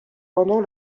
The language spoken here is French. pendant